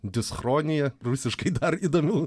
dischroniją rusiškai dar įdomių